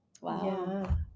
Wow